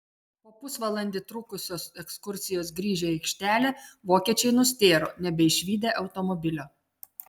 po pusvalandį trukusios ekskursijos grįžę į aikštelę vokiečiai nustėro nebeišvydę automobilio